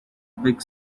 big